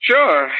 Sure